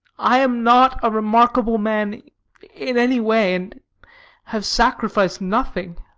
i am not a remarkable man in any way, and have sacrificed nothing.